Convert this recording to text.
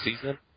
season